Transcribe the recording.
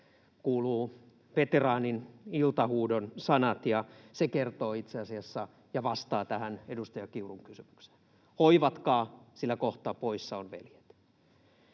kuuluu Veteraanin iltahuudon sanat. Se vastaa itse asiassa tähän edustaja Kiurun kysymykseen: hoivatkaa, sillä kohta poissa on veljet.